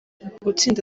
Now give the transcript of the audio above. gutsinda